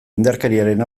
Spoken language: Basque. indarkeriaren